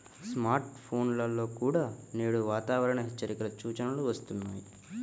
smart ఫోన్లలో కూడా నేడు వాతావరణ హెచ్చరికల సూచనలు వస్తున్నాయి